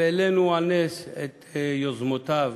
והעלינו על נס את יוזמותיו